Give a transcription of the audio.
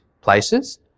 places